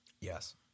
Yes